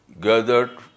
gathered